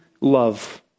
love